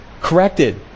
corrected